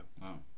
wow